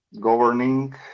governing